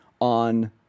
on